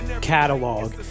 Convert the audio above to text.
catalog